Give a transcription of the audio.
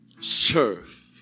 Serve